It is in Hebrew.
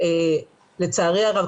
לצערי הרב,